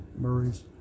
Murray's